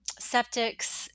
septics